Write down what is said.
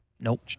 Nope